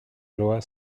loi